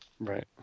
Right